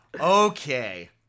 Okay